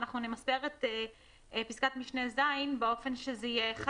אנחנו נמספר את פסקת משנה (ז) באופן שזה יהיה (1),